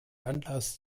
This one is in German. anlass